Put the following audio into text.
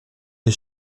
des